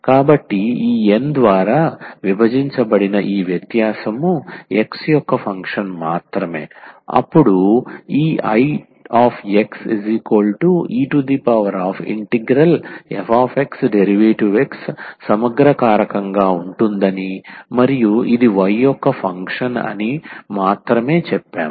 కాబట్టి ఈ N ద్వారా విభజించబడిన ఈ వ్యత్యాసం x యొక్క ఫంక్షన్ మాత్రమే అప్పుడు ఈ Ixe∫fxdx సమగ్ర కారకంగా ఉంటుందని మరియు ఇది y యొక్క ఫంక్షన్ అని మాత్రమే చెప్పాము